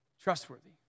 trustworthy